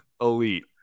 elite